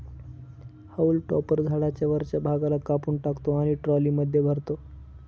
haulm topper झाडाच्या वरच्या भागाला कापून टाकतो आणि ट्रॉलीमध्ये भरतो